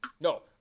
No